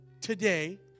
today